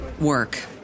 work